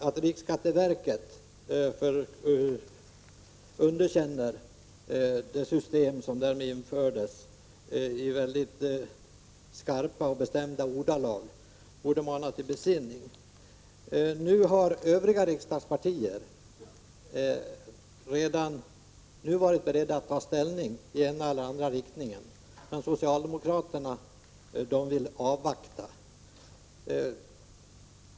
Att riksskatteverket i mycket skarpa och bestämda ordalag underkänner det system som infördes borde mana till besinning. De övriga riksdagspartierna har varit beredda att redan nu ta ställning i den ena eller den andra riktningen. Socialdemokraterna vill avvakta.